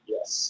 Yes